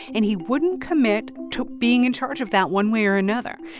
and he wouldn't commit to being in charge of that one way or another.